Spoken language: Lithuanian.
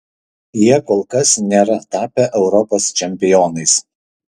jie kol kas nėra tapę europos čempionais